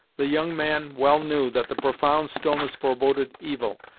the young man well knew that the profound stillness foreboded evil,